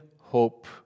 hope